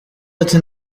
ati